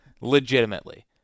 legitimately